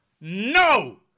No